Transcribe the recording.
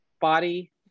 body